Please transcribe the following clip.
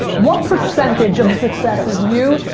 what percentage of the success is you,